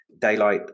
daylight